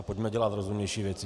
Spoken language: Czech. Pojďme dělat rozumnější věci.